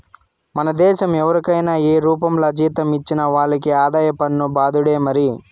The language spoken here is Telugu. మన దేశం ఎవరికైనా ఏ రూపంల జీతం ఇచ్చినా వాళ్లకి ఆదాయ పన్ను బాదుడే మరి